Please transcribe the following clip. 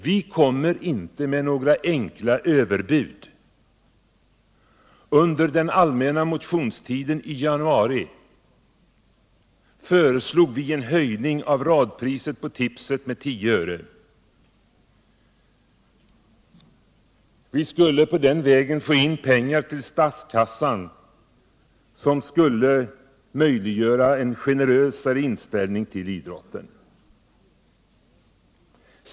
Vi kommer inte med några enkla överbud. Under den allmänna motionstiden i januari föreslog vi en höjning av radpriset på tipset med 10 öre. På den vägen skulle man kunna få in pengar till statskassan som skulle möjliggöra en generösare inställning till idrotten.